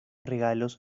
regalos